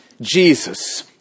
Jesus